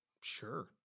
Sure